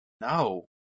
no